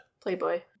Playboy